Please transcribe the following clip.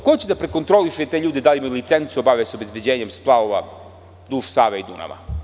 Ko će da prekontroliše te ljude da li imaju licencu, bave se obezbeđenjem splavova duž Save i Dunava?